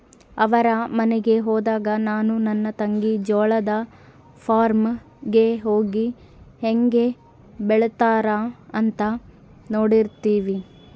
ಅವರ ಮನೆಗೆ ಹೋದಾಗ ನಾನು ನನ್ನ ತಂಗಿ ಜೋಳದ ಫಾರ್ಮ್ ಗೆ ಹೋಗಿ ಹೇಂಗೆ ಬೆಳೆತ್ತಾರ ಅಂತ ನೋಡ್ತಿರ್ತಿವಿ